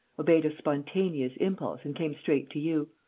obeyed a spontaneous impulse and came straight to you.